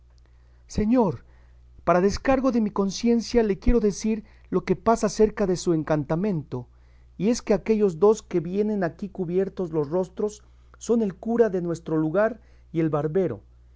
señor para descargo de mi conciencia le quiero decir lo que pasa cerca de su encantamento y es que aquestos dos que vienen aquí cubiertos los rostros son el cura de nuestro lugar y el barbero